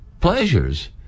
pleasures